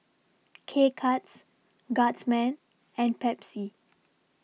K Cuts Guardsman and Pepsi